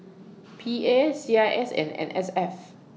P A C I S and N S F